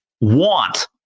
Want